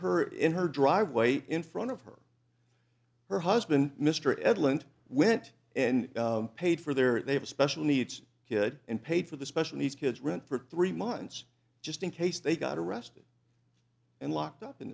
her in her driveway in front of her her husband mr edlund went and paid for their they have a special needs kid and paid for the special needs kids rent for three months just in case they got arrested and locked up in